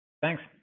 Thanks